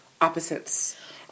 opposites